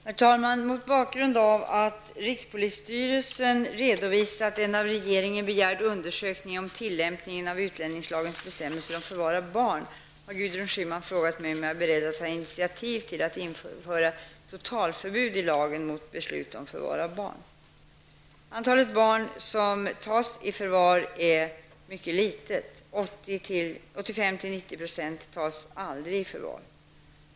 Herr talman! Mot bakgrund av att rikspolisstyrelsen redovisat en av regeringen begärd undersökning om tillämpningen av utlänningslagens bestämmelser om förvar av barn, har Gudrun Schyman frågat mig om jag är beredd att ta initiativ till att införa totalförbud i lagen mot beslut om förvar av barn. Antalet barn som tas i förvar är mycket litet, 85-- 90 % tas aldrig i förvar.